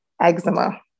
eczema